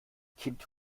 kind